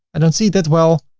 i don't see that well,